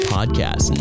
Podcast